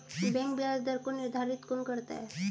Bank ब्याज दर को निर्धारित कौन करता है?